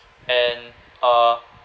and uh